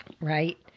Right